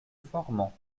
formans